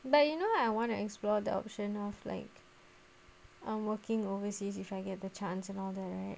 but you know I want to explore the option of like I'm working overseas if I get the chance and all that right